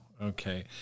Okay